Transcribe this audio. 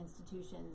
institutions